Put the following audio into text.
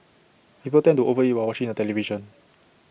people tend to over eat while watching the television